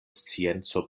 scienco